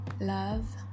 love